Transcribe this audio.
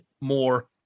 more